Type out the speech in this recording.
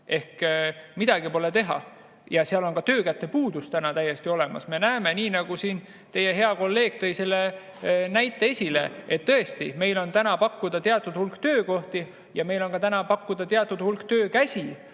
Midagi pole teha. Ja seal on ka töökäte puudus täna täiesti olemas. Me näeme, nagu teie hea kolleeg tõi näite, et tõesti, meil on täna pakkuda teatud hulk töökohti ja meil on täna pakkuda ka teatud hulk töökäsi,